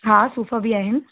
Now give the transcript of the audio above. हा सूफ़ बि आहिनि